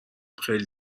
خیلی